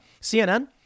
CNN